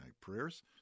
prayers